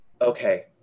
Okay